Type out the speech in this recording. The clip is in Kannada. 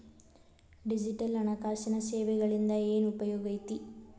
ಡಿಜಿಟಲ್ ಹಣಕಾಸಿನ ಸೇವೆಗಳಿಂದ ಏನ್ ಉಪಯೋಗೈತಿ